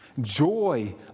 joy